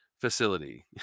Facility